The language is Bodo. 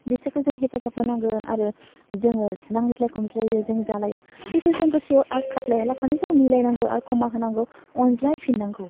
बेसोरखौ जों हेफाजाब होनांगोन आरो जोङो नांज्लाय खमलाय जोङो जालायो बिखौ जों गोसोआव आघाथ लाया लाखानो जों मिलायनांगौ आरो खमा होलायनांगौ अनज्लायफिन्नांगौ